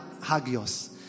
hagios